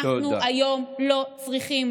אנחנו היום לא צריכים,